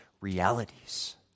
realities